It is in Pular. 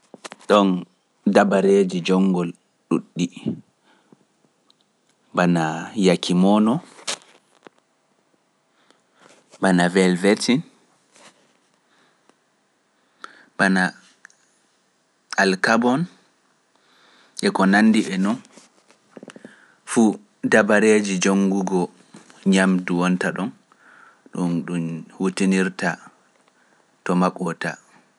ɗon dabareeji jonngol ɗuuɗɗi, bana yakimoono, bana velveet, bana alkabon, e ko nanndi e noon, fu dabareeji jonngugo ñamdu wonta ɗon, ɗum ɗum hutinirta to makko wota.